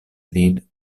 lin